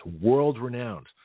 world-renowned